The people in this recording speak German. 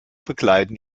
begleiten